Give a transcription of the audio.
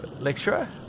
lecturer